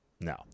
No